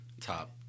Top